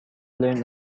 learn